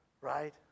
Right